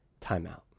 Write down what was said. timeout